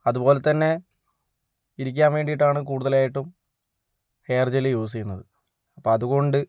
അതുപോല തന്നെ ഇരിക്കാൻ വേണ്ടിയിട്ടാണ് കൂടുതലായിട്ടും ഹെയർ ജെല്ല് യൂസ് ചെയ്യുന്നത് അപ്പ അതുകൊണ്ട്